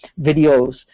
videos